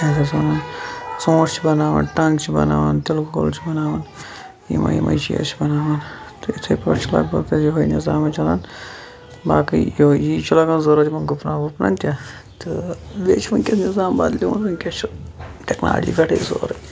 ژوٗنٛٹھۍ چھِ بَناوان ٹَنٛگ چھِ بَناوان تِلہٕ گۄگُل چھِ بَناوان یِمے یِمے چھِ أسۍ بَناوان تہٕ اِتھے پٲٹھۍ چھِ لَگ بَگ یُہے نِظام چَلان باقٕے یُہے یی چھُ لَگان ضرورَت یِمَن گُپنَن وُپنَن تہِ بیٚیہِ چھُ ونکیٚن نِظام بَدلیومُت ونکیٚس چھُ ٹیٚکنالجی پٮ۪ٹھٕے سورٕے